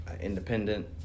independent